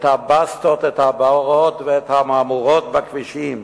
את הבסטות, את הבורות ואת המהמורות בכבישים,